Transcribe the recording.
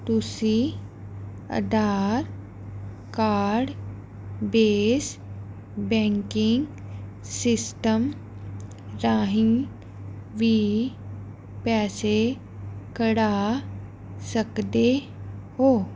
ਤੁਸੀਂ Aadhaar card base banking system ਰਾਹੀਂ ਵੀ ਪੈਸੇ ਕਢਵਾ ਸਕਦੇ ਹੋ